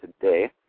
today